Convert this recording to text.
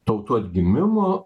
tautų atgimimo